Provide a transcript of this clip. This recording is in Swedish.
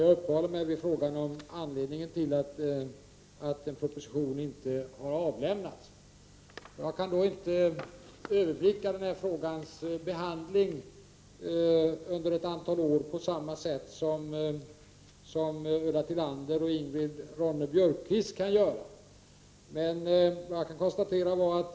Jag uppehåller mig vid anledningen till att en proposition inte har avlämnats. Jag kan inte på samma sätt som Ulla Tillander och Ingrid Ronne-Björkqvist överblicka den här frågans behandling under ett antal år.